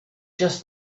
just